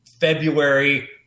February